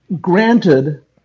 granted